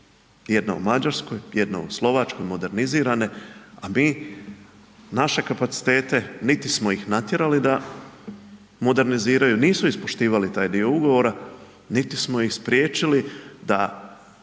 jedna u Mađarskoj, jedna u Slovačkoj, modernizirane a mi naše kapacitete niti smo ih natjerali da moderniziraju, nisu ispoštivali taj dio ugovora niti smo ih spriječili da